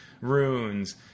runes